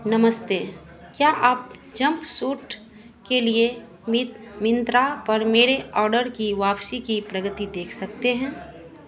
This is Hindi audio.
नमस्ते क्या आप जंपसूट के लिए मि मिंत्रा पर मेरे आर्डर की वापसी की प्रगति देख सकते हैं